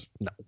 no